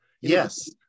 Yes